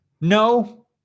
no